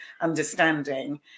understanding